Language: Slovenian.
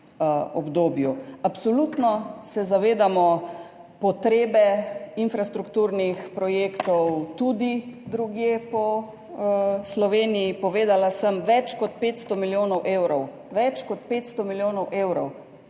obdobju. Absolutno se zavedamo potrebe infrastrukturnih projektov tudi drugje po Sloveniji. Povedala sem, za več kot 500 milijonov evrov, za več kot 500 milijonov evrov